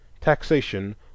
Taxation